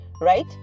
right